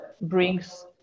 brings